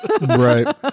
Right